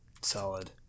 Solid